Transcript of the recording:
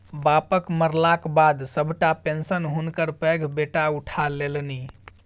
बापक मरलाक बाद सभटा पेशंन हुनकर पैघ बेटा उठा लेलनि